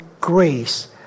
grace